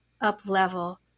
up-level